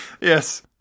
yes